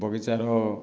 ବଗିଚାର